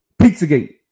Pizzagate